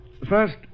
First